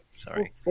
Sorry